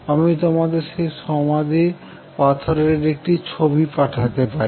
আমি তোমাদের সেই সমাধি পাথরের একটি ছবি পাঠাতে পারি